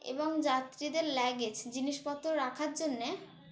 এবং যাত্রীদের লাগেজ জিনিসপত্র রাখার জন্যে